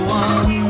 one